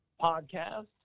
podcast